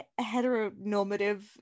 heteronormative